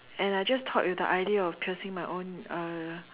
and I just thought with the idea of dressing my own uh